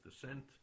descent